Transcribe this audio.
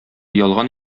ялган